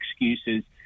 excuses